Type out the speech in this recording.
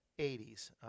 80s